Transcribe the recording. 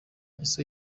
ese